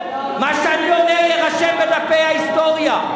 מה שאני אומר יירשם בדפי ההיסטוריה.